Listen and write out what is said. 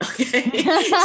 okay